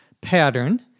pattern